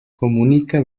comunica